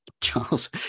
Charles